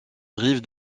rive